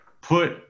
put